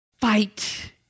fight